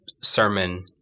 sermon